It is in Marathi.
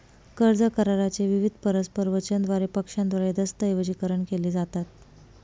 कर्ज करारा चे विविध परस्पर वचनांद्वारे पक्षांद्वारे दस्तऐवजीकरण केले जातात